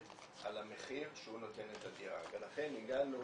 על המחיר שהוא נותן את הדירה ולכן הגענו